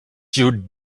you